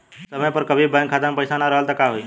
समय पर कभी बैंक खाता मे पईसा ना रहल त का होई?